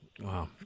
Wow